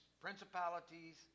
principalities